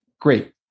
Great